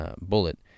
bullet